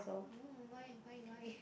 why why why